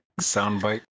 soundbite